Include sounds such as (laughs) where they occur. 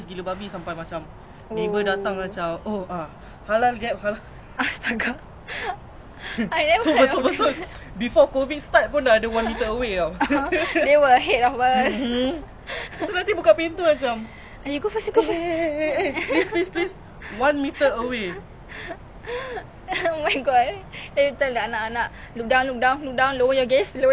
oh my god then they tell the anak-anak look down look down lower your gaze (laughs) tutup mata (laughs) scary seh oh man ya